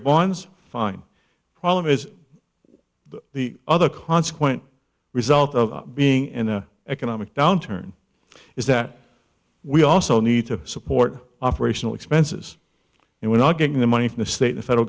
bonds fine problem is the other consequent result of being an economic downturn is that we also need to support operational expenses and we're not getting the money from the state the federal